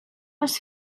was